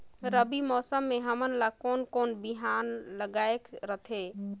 रबी मौसम मे हमन ला कोन कोन बिहान लगायेक रथे?